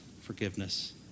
forgiveness